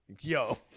Yo